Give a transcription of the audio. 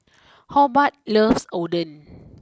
Hobart loves Oden